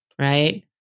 right